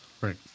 Right